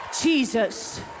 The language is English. Jesus